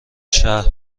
شهر